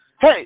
Hey